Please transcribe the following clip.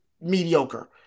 mediocre